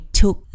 took